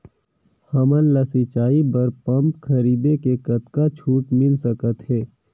हमन ला सिंचाई बर पंप खरीदे से कतका छूट मिल सकत हे?